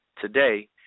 today